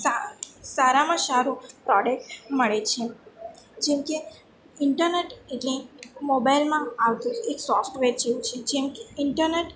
સારામાં સારું પ્રોડક્ટ મળે છે જેમકે ઈન્ટરનેટ એટલે મોબાઈલમાં આવતું એક સોફ્ટવેર જેવું છે જેમકે ઈન્ટરનેટ